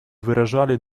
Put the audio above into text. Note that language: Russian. выражали